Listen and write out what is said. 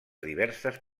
diverses